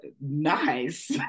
nice